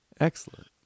Excellent